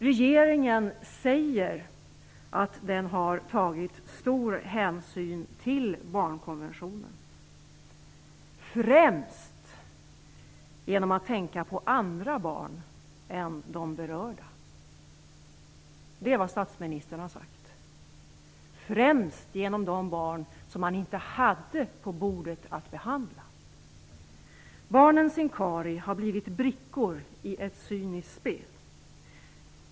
Regeringen säger att den har tagit stor hänsyn till barnkonventionen främst genom att tänka på andra barn än de berörda - det är vad statsministern har sagt - dvs. främst genom att tänka på de barn som man inte hade att behandla i de ärenden som låg på bordet. Barnen Sincari har blivit brickor i ett cyniskt spel.